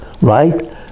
right